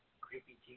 Creepy